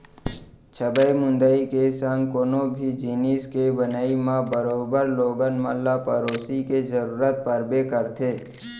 छबई मुंदई के संग कोनो भी जिनिस के बनई म बरोबर लोगन मन ल पेरोसी के जरूरत परबे करथे